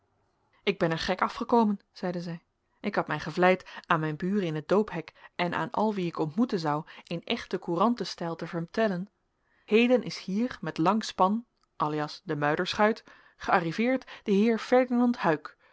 ik ben er gek afgekomen zeide zij ik had mij gevleid aan mijn buren in het doophek en aan al wie ik ontmoeten zou in echten courantenstijl te vertellen heden is hier met lang span alias de muiderschuit gearriveerd de heer ferdinand huyck